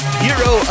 Hero